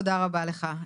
תודה רבה לך.